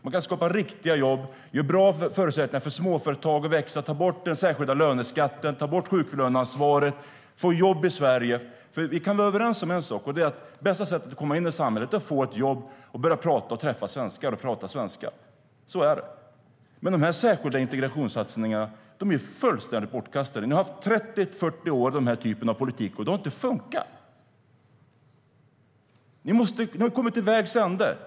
Man kan skapa riktiga jobb och ge bra förutsättningar för småföretag att växa. Man kan ta bort den särskilda löneskatten och sjuklöneansvaret och få jobb i Sverige.Ni har haft 30-40 år med den här typen av politik, och det har inte fungerat, Hanif Bali. Ni har kommit till vägs ände.